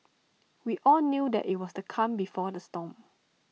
we all knew that IT was the calm before the storm